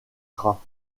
gras